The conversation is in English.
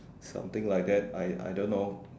something like that I I don't know